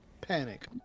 panic